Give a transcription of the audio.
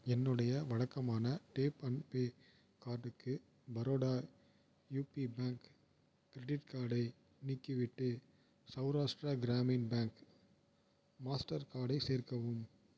என்னுடைய வழக்கமான tap and pay கார்டுக்கு பரோடா யுபி பேங்க் கிரெடிட் கார்டை நீக்கிவிட்டு சௌராஷ்ட்ரா கிராமின் பேங்க் மாஸ்டர் கார்டை சேர்க்கவும்